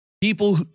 People